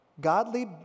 Godly